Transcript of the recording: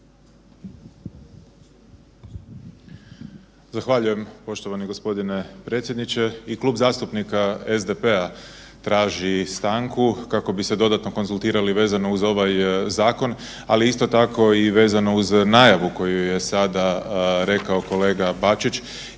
Zahvaljujem poštovani gospodine i Klub zastupnika SDP-a traži stanku kako bi se dodatno konzultirali vezano uz ovaj zakon, ali isto tako i vezano uz najavu koju je sada rekao kolega Bačić